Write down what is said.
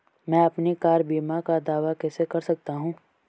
मैं अपनी कार बीमा का दावा कैसे कर सकता हूं?